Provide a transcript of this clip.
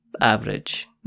average